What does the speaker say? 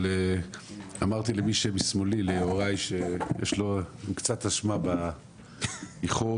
אבל אמרתי ליוראי שהוא קצת אשם באיחור